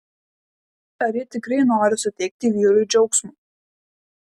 ar ji tikrai nori suteikti vyrui džiaugsmo